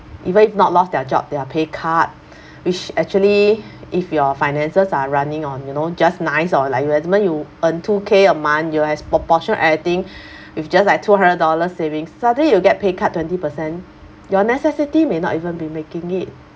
even if not lost their job they are pay cut which actually if your finances are running on you know just nice or like you earn two K a month you has proportion everything with just like two hundred dollar savings suddenly you get pay cut twenty percent your necessity may not even be making it